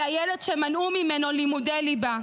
היא הילד שמנעו ממנו לימודי ליבה,